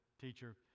teacher